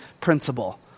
principle